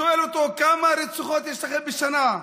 ושואל אותו: כמה רציחות יש לכם בשנה?